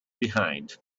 behind